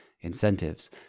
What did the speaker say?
incentives